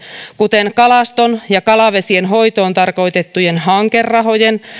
kuten kalaston ja kalavesien hoitoon tarkoitettujen hankerahojen